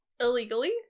illegally